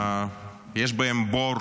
יש בהן בור